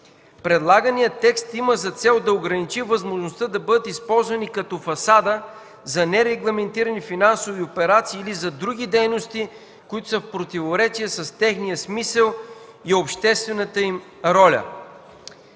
Предлаганият текст има за цел да ограничи възможността да бъдат използвани като фасада за нерегламентирани финансови операции или за други дейности, които са в противоречие с техния смисъл и обществената им роля.